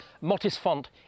Mottisfont